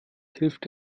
hilft